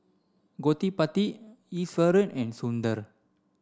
Gottipati Iswaran and Sundar